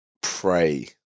pray